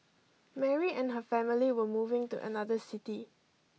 Mary and her family were moving to another city